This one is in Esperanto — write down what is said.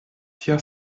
tia